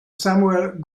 samuel